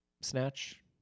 snatch